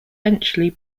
eventually